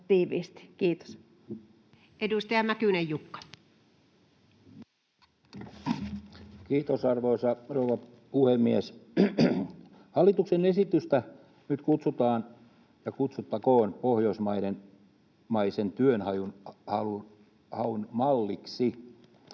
Kiitos, arvoisa rouva puhemies! Hallituksen esitystä nyt kutsutaan, ja kutsuttakoon, pohjoismaisen työnhaun malliksi.